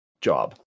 job